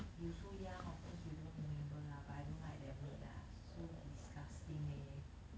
you so young of course you don't remember lah but I don't like that maid lah so disgusting leh